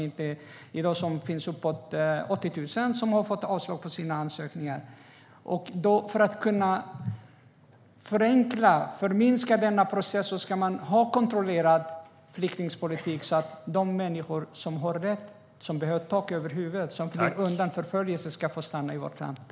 I dag finns uppåt 80 000 som har fått avslag på sina ansökningar. För att kunna förminska denna process ska man ha en kontrollerad flyktingpolitik så att de människor som har rätt att stanna, behöver tak över huvudet och flyr undan förföljelse ska få stanna i vårt land.